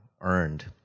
earned